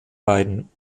beiden